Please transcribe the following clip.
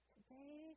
Today